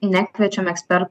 nekviečiam eksper